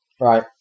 Right